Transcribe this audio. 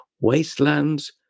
wastelands